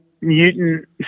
mutant